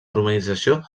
urbanització